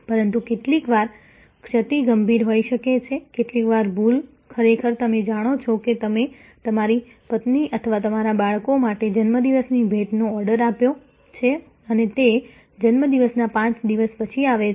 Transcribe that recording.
પરંતુ કેટલીકવાર ક્ષતિ ગંભીર હોઈ શકે છે કેટલીકવાર ભૂલ ખરેખર તમે જાણો છો કે તમે તમારી પત્ની અથવા તમારા બાળકો માટે જન્મદિવસની ભેટનો ઓર્ડર આપ્યો છે અને તે જન્મ દિવસના 5 દિવસ પછી આવે છે